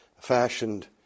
fashioned